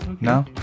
no